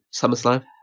SummerSlam